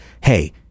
hey